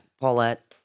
Paulette